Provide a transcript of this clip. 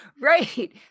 Right